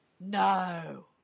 no